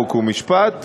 חוק ומשפט.